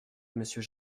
monsieur